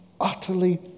utterly